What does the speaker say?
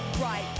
right